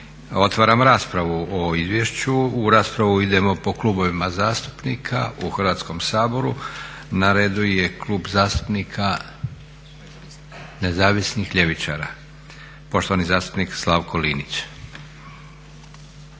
Otvaram raspravu o izvješću. U raspravu idemo po Klubovima zastupnika u Hrvatskom saboru. Na redu je Klub zastupnika Nezavisnih ljevičara. Poštovani zastupnik Slavko Linić.